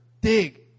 Dig